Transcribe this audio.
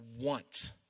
want